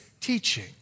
teaching